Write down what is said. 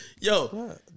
Yo